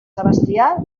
sebastià